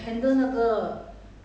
cannot play inside meh